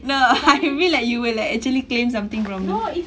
no I feel like you will like actually claim something from me